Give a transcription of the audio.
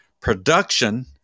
production